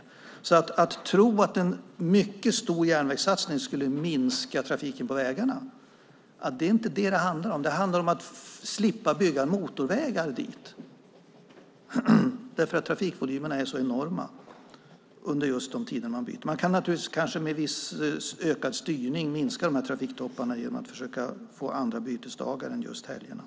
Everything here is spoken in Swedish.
Det handlar inte om att tro att en mycket stor järnvägssatsning skulle minska trafiken på vägarna, utan det handlar om att slippa bygga motorvägar dit därför att trafikvolymerna är så enorma under bytesdagarna. Man kan kanske med viss ökad styrning minska dessa trafiktoppar genom att få andra bytesdagar än just under helgerna.